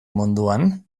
munduan